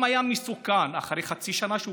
אם הוא היה מסוכן אחרי חצי שנה שהוא